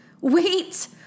Wait